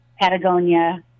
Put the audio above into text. Patagonia